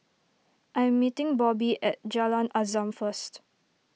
I am meeting Bobby at Jalan Azam first